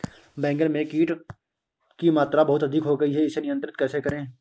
बैगन में कीट की मात्रा बहुत अधिक हो गई है इसे नियंत्रण कैसे करें?